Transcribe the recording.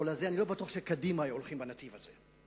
אני לא בטוח שקדימה היו הולכים בנתיב הזה.